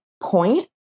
point